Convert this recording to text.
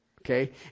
Okay